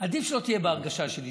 עדיף שלא תהיה בהרגשה שלי.